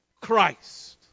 Christ